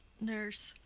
nurse.